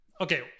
Okay